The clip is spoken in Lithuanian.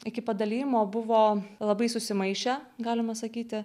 iki padalijimo buvo labai susimaišę galima sakyti